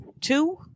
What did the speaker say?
two